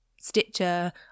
Stitcher